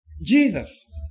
Jesus